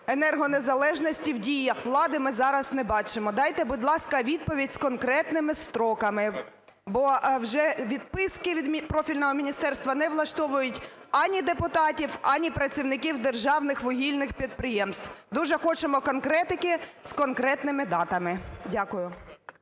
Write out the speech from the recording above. енергонезалежності в діях влади ми зараз не бачимо. Дайте, будь ласка, відповідь з конкретними строками. Бо вже відписки від профільного міністерства не влаштовують ані депутатів, ані працівників державних вугільних підприємств. Дуже хочемо конкретики з конкретними датами. Дякую.